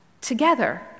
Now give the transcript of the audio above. together